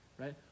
right